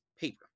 paper